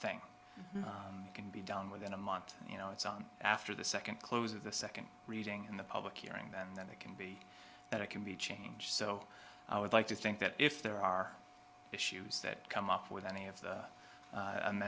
thing can be done within a month and you know it's on after the second close of the second reading in the public hearing them that it can be that it can be changed so i would like to think that if there are issues that come up with any of the